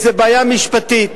איזה בעיה משפטית.